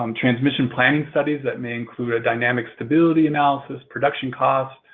um transmission planning studies that may include a dynamic stability analysis, production costs,